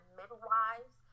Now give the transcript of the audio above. midwives